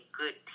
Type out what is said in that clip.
good